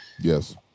Yes